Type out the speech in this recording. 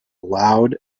loud